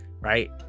Right